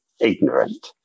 ignorant